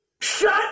Shut